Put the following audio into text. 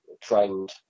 trained